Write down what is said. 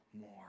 more